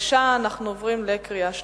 בבקשה, אנחנו עוברים לקריאה שלישית.